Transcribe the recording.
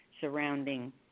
surrounding